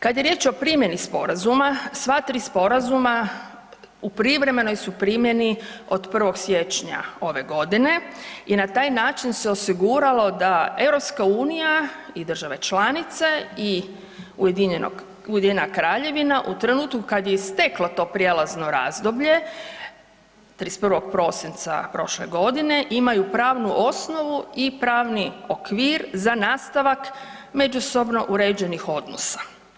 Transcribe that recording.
Kad je riječ o primjeni sporazuma, sva tri sporazuma u privremenoj su primjeni od 1. siječnja ove godine i na taj način se osiguralo da EU i države članice i UK u trenutku kad je isteklo to prijelazno razdoblje 31. prosinca prošle godine, imaju pravnu osnovu i pravni okvir za nastavak međusobno uređenih odnosa.